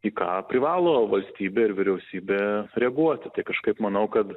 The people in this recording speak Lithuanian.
į ką privalo valstybė ir vyriausybė reaguoti tai kažkaip manau kad